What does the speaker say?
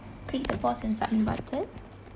click the pause and submit button